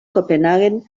copenhaguen